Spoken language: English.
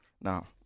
Now